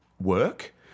work